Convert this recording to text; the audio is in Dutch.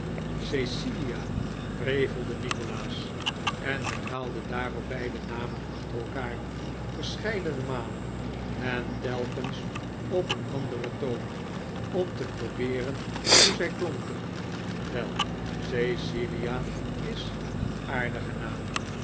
cecilia prevelde nikolaas en herhaalde daarop beide namen achter elkaar verscheidene malen en telkens op een anderen toon om te probeeren hoe zij klonken wel cecilia is een aardige naam